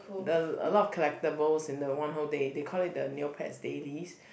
the a lot of collectible in the one whole day they call it the neopet's dailies